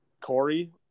Corey